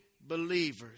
believers